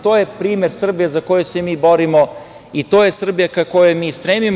To je primer Srbije za koju se mi borimo i to je Srbija ka kojoj mi stremimo.